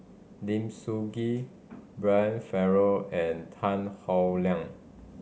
Lim Sun Gee Brian Farrell and Tan Howe Liang